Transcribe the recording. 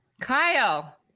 Kyle